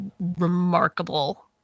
remarkable